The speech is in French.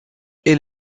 elle